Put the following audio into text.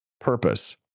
purpose